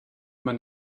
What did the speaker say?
man